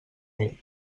mil